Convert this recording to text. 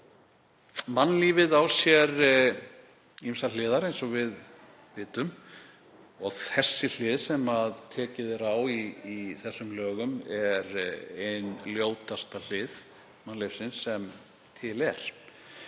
Mannlífið á sér ýmsar hliðar eins og við vitum. Sú hlið sem tekið er á í þessum lögum er ein ljótasta hlið mannlífsins sem til er,